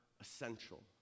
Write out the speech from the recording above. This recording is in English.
essential